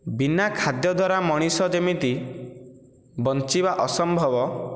ବିନା ଖାଦ୍ୟ ଦ୍ୱାରା ମଣିଷ ଯେମିତି ବଞ୍ଚିବା ଅସମ୍ଭବ